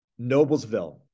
noblesville